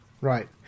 Right